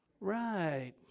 Right